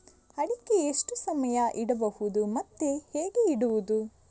ಅಡಿಕೆ ಎಷ್ಟು ಸಮಯ ಇಡಬಹುದು ಮತ್ತೆ ಹೇಗೆ ಇಡುವುದು?